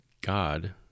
God